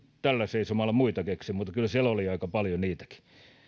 tällä seisomalla muita keksi mutta kyllä siellä oli aika paljon niitäkin olen